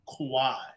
Kawhi